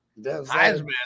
Heisman